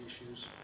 issues